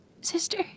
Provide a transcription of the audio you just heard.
Sister